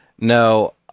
No